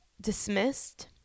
dismissed